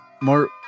more